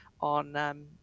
on